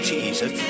Jesus